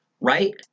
right